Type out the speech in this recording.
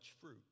fruit